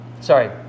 sorry